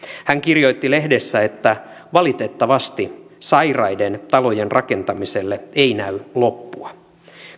hän kirjoitti lehdessä että valitettavasti sairaiden talojen rakentamiselle ei näy loppua